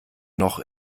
noch